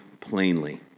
plainly